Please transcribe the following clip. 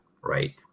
right